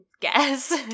guess